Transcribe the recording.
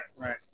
right